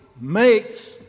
makes